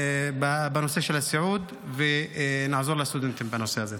בנושא של הסיעוד ושנעזור לסטודנטים בנושא הזה.